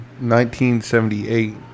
1978